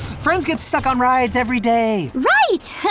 friends get stuck on rides every day. right!